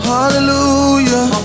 Hallelujah